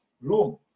room